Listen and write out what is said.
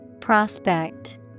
Prospect